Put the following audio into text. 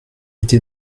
était